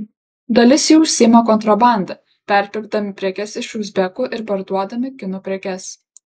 dalis jų užsiima kontrabanda perpirkdami prekes iš uzbekų ir parduodami kinų prekes